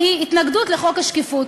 שהיא התנגדות לחוק השקיפות.